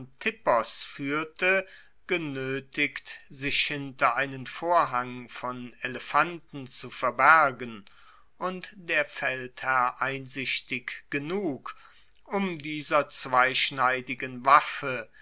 fuehrte genoetigt sich hinter einen vorhang von elefanten zu verbergen und der feldherr einsichtig genug um dieser zweischneidigen waffe